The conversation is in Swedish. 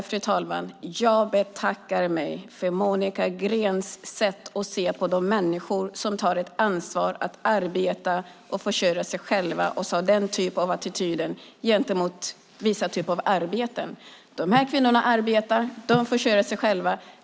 Fru talman! Nej, jag betackar mig för Monica Greens sätt att se på de människor som tar ett ansvar för att arbeta och försörja sig själva, hennes attityd gentemot vissa typer av arbeten. Dessa kvinnor arbetar och försörjer sig själva.